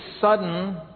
sudden